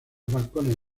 balcones